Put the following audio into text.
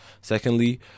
secondly